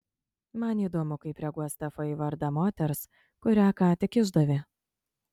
man įdomu kaip reaguos stefa į vardą moters kurią ką tik išdavė